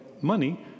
money